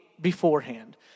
beforehand